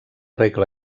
regla